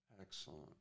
Excellent